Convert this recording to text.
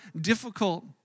difficult